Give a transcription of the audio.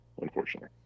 Unfortunately